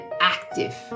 active